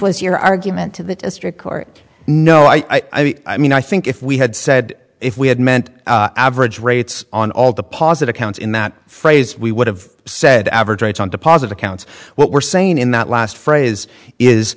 was your argument to the district court no i mean i think if we had said if we had meant average rates on all deposit accounts in that phrase we would have said average rates on deposit accounts what we're saying in that last phrase is